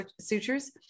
sutures